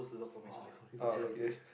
oh sorry sorry okay